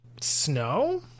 Snow